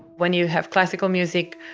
when you have classical music,